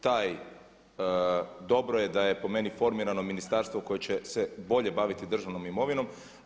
Taj, dobro je da je po meni formirano ministarstvo koje će bolje baviti državnom imovinom.